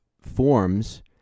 forms